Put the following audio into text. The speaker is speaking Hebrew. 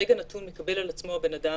ברגע נתון מקבל על עצמו הבן אדם,